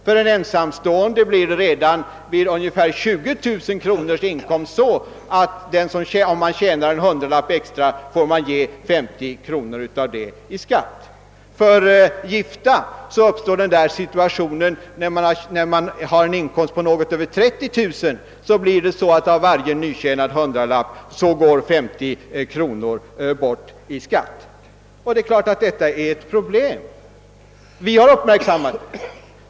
För en ensamstående blir det redan vid ungefär 20 000 kronors inkomst så att han, om han tjänar en hundralapp extra, får ge 50 kronor av denna i skatt. För gifta uppstår denna situation vid en inkomst på något över 30 000 kronor. Det är klart att detta är ett problem. Vi har uppmärksammat det.